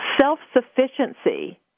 self-sufficiency